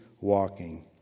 walking